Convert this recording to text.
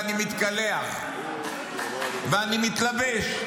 אני מתקלח ואני מתלבש,